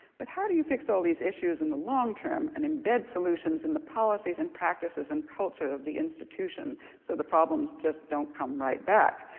but how do you fix all these issues in the long-term and embed solutions in the policies and practices and culture of the institution so the problems just don't come right back?